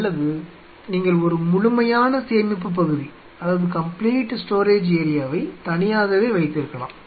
அல்லது நீங்கள் ஒரு முழுமையான சேமிப்பு பகுதியை தனியாகவே வைத்திருக்கலாம்